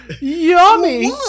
Yummy